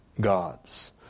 gods